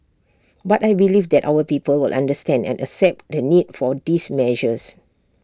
but I believe that our people will understand and accept the need for these measures